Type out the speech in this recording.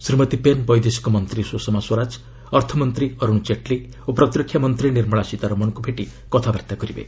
Shrimati Pence ବୈଦେଶିକମନ୍ତ୍ରୀ ସୁଷମା ସ୍ୱରାଜ ଅର୍ଥମନ୍ତ୍ରୀ ଅରୁଣ ଜେଟ୍ଲୀ ଓ ପ୍ରତିରକ୍ଷାମନ୍ତ୍ରୀ ନିର୍ମଳା ସୀତାରମଣଙ୍କୁ ଭେଟି କଥାବାର୍ତ୍ତା କରିବେ